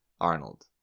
Arnold